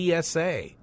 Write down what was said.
TSA